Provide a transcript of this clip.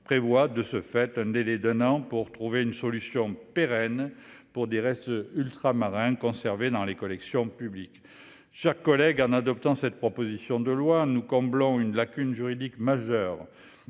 prévoir un délai d'un an pour trouver une solution pérenne pour les restes ultramarins conservés dans les collections publiques. Chers collègues, en adoptant cette proposition de loi, nous comblerons une lacune juridique majeure,